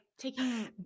taking